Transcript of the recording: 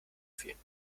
fehlen